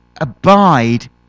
Abide